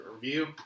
review